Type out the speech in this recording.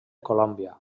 colòmbia